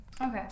Okay